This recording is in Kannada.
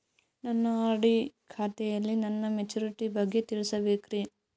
ನನ್ನ ಆರ್.ಡಿ ಖಾತೆಯಲ್ಲಿ ನನ್ನ ಮೆಚುರಿಟಿ ಬಗ್ಗೆ ತಿಳಿಬೇಕ್ರಿ